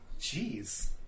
jeez